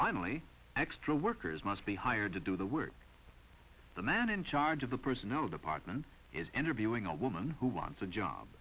finally extra workers must be hired to do the work the man in charge of the personnel department is interviewing a woman who wants a job